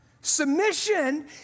Submission